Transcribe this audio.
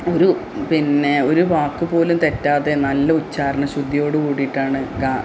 ഒരു പിന്നെ ഒരു വാക്ക് പോലും തെറ്റാതെ നല്ല ഉച്ഛാരണ ശുദ്ധിയോടു കൂടിയിട്ടാണ് ഗാ